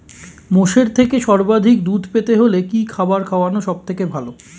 মোষের থেকে সর্বাধিক দুধ পেতে হলে কি খাবার খাওয়ানো সবথেকে ভালো?